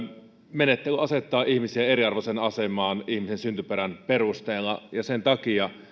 menettely asettaa ihmisiä eriarvoiseen asemaan ihmisen syntyperän perusteella sen takia